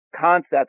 concepts